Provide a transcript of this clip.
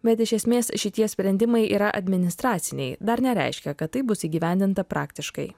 bet iš esmės šitie sprendimai yra administraciniai dar nereiškia kad tai bus įgyvendinta praktiškai